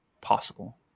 possible